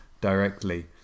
directly